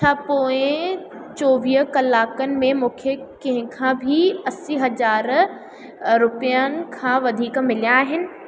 छा पोएं चोवीह कलाकनि में मूंखे कंहिं खां बि असी हज़ार रुपयनि खां वधीक मिलिया आहिनि